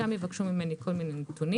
שם יבקשו ממני נתונים.